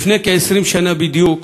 לפני כ-20 שנה בדיוק,